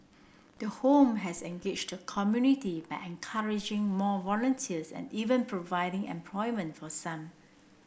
the home has engaged the community by encouraging more volunteers and even providing employment for some